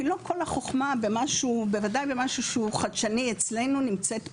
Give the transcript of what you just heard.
כי לא כל החוכמה בוודאי במשהו שהוא חדשני אצלנו נמצאת פה.